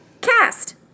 Cast